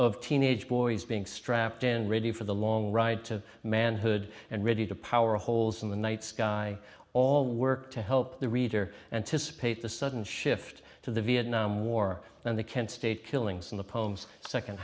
of teenage boys being strapped in and ready for the long ride to manhood and ready to power holes in the night sky all work to help the reader and to spit the sudden shift to the vietnam war and the kent state killings in the